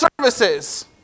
services